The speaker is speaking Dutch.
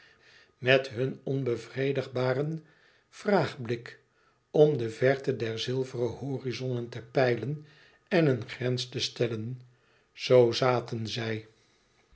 met hun onbevredigbaren vraagblik om de verte der zilveren horizonnen te peilen en een grens te stellen zoo zaten zij